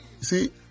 See